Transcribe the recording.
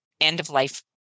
end-of-life